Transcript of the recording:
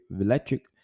electric